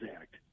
act